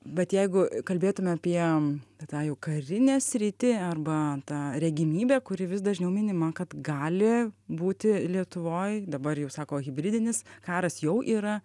bet jeigu kalbėtume apie tą jau karinę sritį arba tą regimybę kuri vis dažniau minima kad gali būti lietuvoj dabar jau sako hibridinis karas jau yra